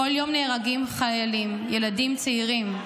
בכל יום נהרגים חיילים, ילדים צעירים,